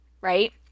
right